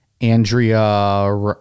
Andrea